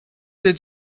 did